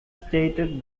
stated